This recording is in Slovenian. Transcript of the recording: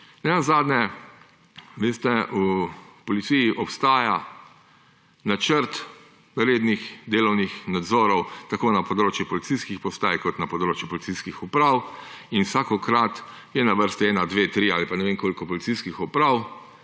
Veste, v policiji obstaja načrt rednih delovnih nadzorov na področju policijskih postaj in na področju policijskih uprav. Vsakokrat je na vrsti ena, dve, tri ali pa ne vem koliko policijskih uprav,